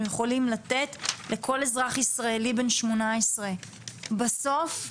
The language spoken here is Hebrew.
יכולים לתת לכל אזרח ישראלי בן 18. בסוף,